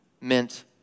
meant